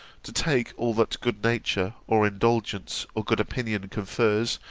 to take all that good-nature, or indulgence, or good opinion confers,